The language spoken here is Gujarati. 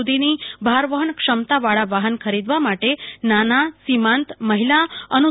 સુ ધીની ભાર વહન ક્ષમતા વાળા વાહન ખરીદવા માટે નાના સીમાંત મહિલા અનુ